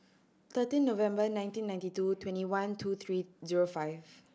thirteen November nineteen ninety two twenty one two three zero five